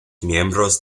miembros